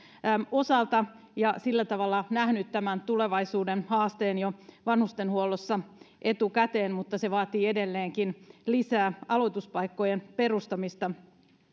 osalta ja sillä tavalla nähnyt tämän tulevaisuuden haasteen vanhustenhuollossa jo etukäteen mutta se vaatii edelleenkin lisää aloituspaikkojen perustamista